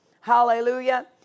Hallelujah